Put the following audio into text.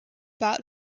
around